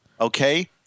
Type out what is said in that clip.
Okay